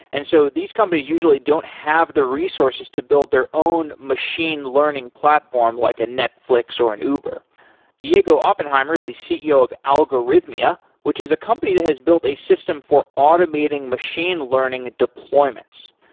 and so these companies usually don't have the resources to build their own machine learning platform like a netflix or an uber diego oppenheimer is the ceo of algorithmia, which is a company that has built a system for automating machine learning deployments.